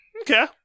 Okay